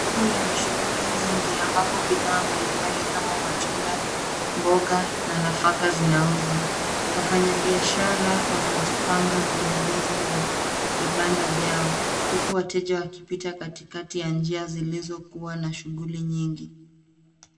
Soko lenye shughuli nyingi ambapo bidhaa mbalimbali kama matunda, mboga na nafaka zinauzwa. Wafanyabiashara wamejipanga kwenye meza na vibanda vyao, huku wateja wakipita katikati ya njia zilizokuwa na shughuli nyingi.